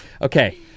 Okay